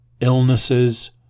illnesses